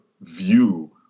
view